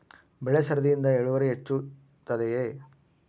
ಬೆಳೆ ಸರದಿಯಿಂದ ಇಳುವರಿ ಹೆಚ್ಚುತ್ತದೆಯೇ?